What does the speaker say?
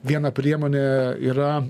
viena priemonė yra